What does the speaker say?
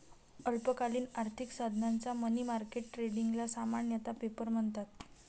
अल्पकालीन आर्थिक साधनांच्या मनी मार्केट ट्रेडिंगला सामान्यतः पेपर म्हणतात